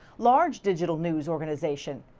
large digital news organization,